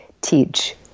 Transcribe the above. teach